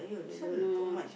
I don't know